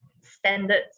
standards